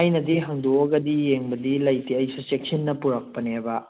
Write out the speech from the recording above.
ꯑꯩꯅꯗꯤ ꯍꯥꯡꯗꯣꯛꯑꯗꯤ ꯌꯦꯡꯕꯗꯤ ꯂꯩꯇꯦ ꯑꯩꯁꯨ ꯆꯦꯛꯁꯤꯟꯅ ꯄꯨꯔꯛꯄꯅꯦꯕ